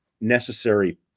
necessary